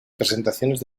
presentaciones